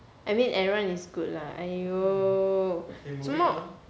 I mean aaron is good lah !aiyo! 什么